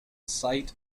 site